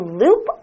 loop